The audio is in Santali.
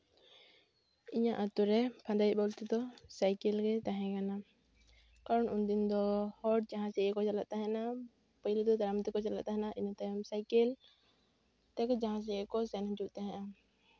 ᱤᱧᱟᱹᱜ ᱟᱛᱳᱨᱮ ᱯᱷᱟᱸᱫᱟᱭᱤᱡ ᱵᱚᱞᱛᱮ ᱫᱚ ᱥᱟᱭᱠᱮᱞ ᱜᱮ ᱛᱟᱦᱮᱸ ᱠᱟᱱᱟ ᱟᱨ ᱩᱱᱫᱤᱱ ᱫᱚ ᱦᱚᱲ ᱡᱟᱦᱟᱸ ᱥᱮᱫ ᱠᱚ ᱪᱟᱞᱟᱜ ᱛᱟᱦᱮᱱᱟ ᱯᱟᱹᱦᱤᱞ ᱫᱚ ᱛᱟᱲᱟᱢ ᱛᱮᱠᱚ ᱪᱟᱞᱟᱜ ᱛᱟᱦᱮᱱᱟ ᱤᱱᱟᱹ ᱛᱟᱭᱚᱢ ᱥᱟᱭᱠᱮᱞ ᱛᱮᱜᱮ ᱡᱟᱦᱟᱸ ᱥᱮᱡᱽ ᱜᱮᱠᱚ ᱥᱮᱱ ᱦᱤᱡᱩᱜ ᱛᱟᱦᱮᱱᱟ